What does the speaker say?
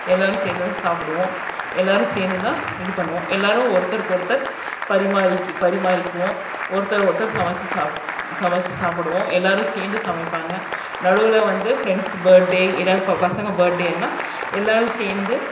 எல்லோரும் சேர்ந்து தான் சாப்பிடுவோம் எல்லோரும் சேர்ந்து தான் இது பண்ணுவோம் எல்லோரும் ஒருத்தருக்கொருத்தர் பரிமாறிக்கு பரிமாறிக்குவோம் ஒருத்தர் ஒருத்தர் சமைத்து சா சமைத்து சாப்புடுவோம் எல்லோரும் சேர்ந்து சமைப்பாங்க நடுவில் வந்து ஃப்ரெண்ட்ஸ் பர்த்டே எதாவது பசங்க பர்த்டேனா எல்லோரும் சேர்ந்து